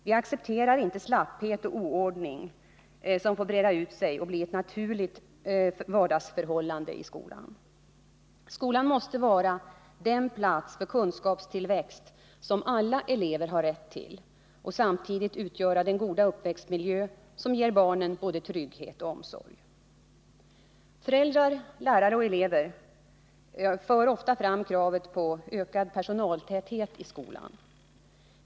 Vi accepterar inte att slapphet och oordning får breda ut sig och bli ett naturligt vardagsförhållande i skolan. Skolan måste vara den plats för kunskapstillväxt som alla elever har rätt till och samtidigt utgöra den goda uppväxtmiljö som ger barnen både trygghet och omsorg. Föräldrar, lärare och elever för ofta fram kravet på ökad personaltäthet i skolan.